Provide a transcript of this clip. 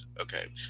okay